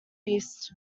east